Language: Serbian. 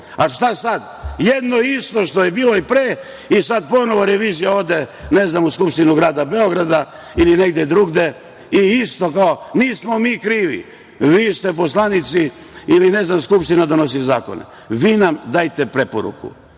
šta sad, jedno isto što je bilo i pre i sad ponovo revizija ode, ne znam gde, u Skupštinu grada Beograda ili negde drugde i isto – nismo mi krivi, vi ste poslanici, Skupština donosi zakone. Vi nam dajte preporuku.